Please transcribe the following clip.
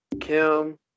Kim